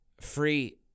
free